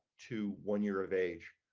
to one year of age.